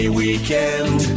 weekend